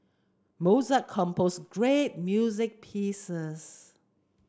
Mozart compose great music pieces